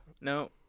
No